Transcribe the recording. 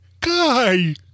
guy